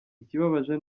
ikibabaje